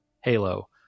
Halo